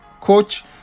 coach